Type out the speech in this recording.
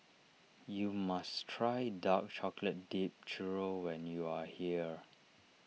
you must try Dark Chocolate Dipped Churro when you are here